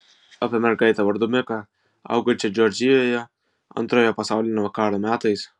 apie mergaitę vardu miką augančią džordžijoje antrojo pasaulinio karo metais